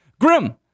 Grim